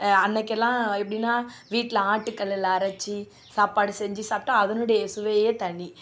அன்னைக்கெல்லாம் எப்படின்னா வீட்டில் ஆட்டுக்கல்லில் அரைத்து சாப்பாடு செஞ்சு சாப்பிட்டா அதனுடைய சுவையே தனி